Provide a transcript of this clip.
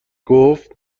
گفت